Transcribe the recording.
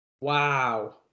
Wow